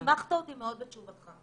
שימחת אותי מאוד בתשובתך.